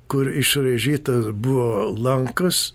kur išraižytas buvo lankas